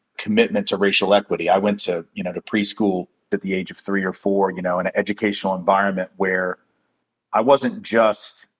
commitment to racial equity. i went to, you know, to preschool at the age of three or four, you know, in an educational environment where i wasn't just,